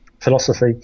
philosophy